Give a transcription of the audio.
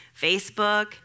Facebook